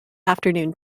afternoon